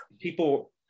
people